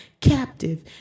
captive